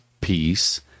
peace